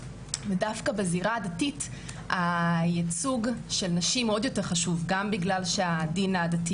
ודווקא בזירה הדתית הייצוג של נשים עוד יותר חשוב גם בגלל שהדין הדתי